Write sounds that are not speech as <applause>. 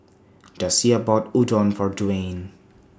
<noise> Dasia bought Udon For Dwayne